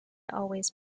always